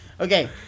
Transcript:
Okay